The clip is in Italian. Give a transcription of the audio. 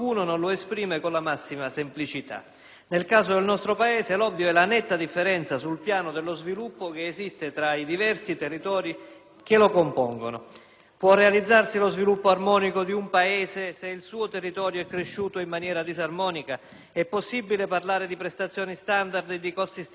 Nel caso del nostro Paese l'ovvio è la netta differenza sul piano dello sviluppo che esiste tra i diversi territori che lo compongono. Può realizzarsi lo sviluppo armonico di un Paese se il suo territorio è cresciuto in maniera disarmonica? È possibile parlare di prestazioni e di costi standard dello Stato se le sue infrastrutture